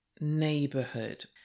neighborhood